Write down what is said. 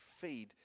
feed